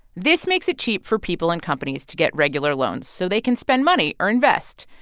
this makes it cheap for people and companies to get regular loans so they can spend money or invest.